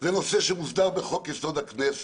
זה נושא שמוסדר בחוק-יסוד: הכנסת,